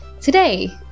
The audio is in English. Today